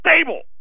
stable